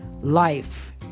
life